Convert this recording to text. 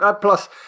Plus